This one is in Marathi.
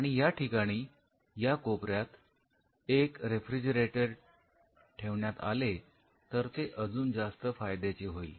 आणि या ठिकाणी या कोपऱ्यात एक रेफ्रिजरेटर ठेवण्यात आले तर ते अजून जास्त फायद्याचे होईल